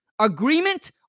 Agreement